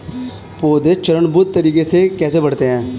पौधे चरणबद्ध तरीके से कैसे बढ़ते हैं?